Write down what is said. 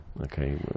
okay